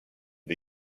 või